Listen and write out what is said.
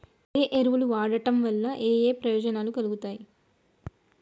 ఏ ఎరువులు వాడటం వల్ల ఏయే ప్రయోజనాలు కలుగుతయి?